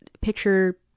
picture